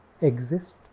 exist